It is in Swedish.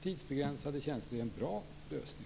Tidsbegränsade tjänster är en bra lösning.